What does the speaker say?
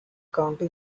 county